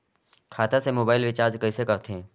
खाता से mobile recharge कइसे करथे